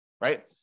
right